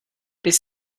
bis